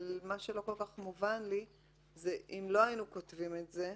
אבל מה שלא כל כך מובן זה אם לא היינו כותבים את זה,